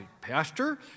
Pastor